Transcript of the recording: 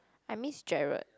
I miss Gerald